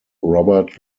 robert